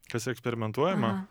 kas ekperimentuojama